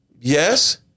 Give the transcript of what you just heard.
Yes